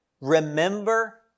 Remember